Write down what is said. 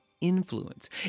influence